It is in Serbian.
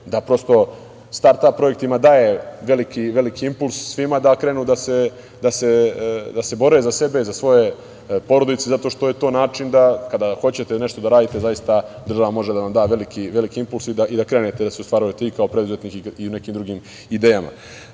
da prosto start-ap projektima daje veliki impuls svima da krenu da se bore za sebe i za svoje porodice, zato što je to način da kada hoćete nešto da radite zaista država može da vam da veliki impuls i da krenete da se ostvarujete i kao preduzetnik i u nekim drugim idejama. Nadam